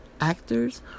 actors